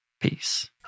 Peace